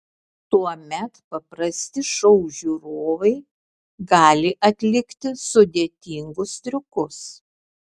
tuomet paprasti šou žiūrovai gali atlikti sudėtingus triukus